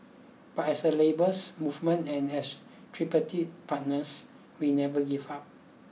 but as a labours movement and as tripartite partners we never give up